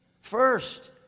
First